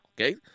okay